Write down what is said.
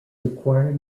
acquired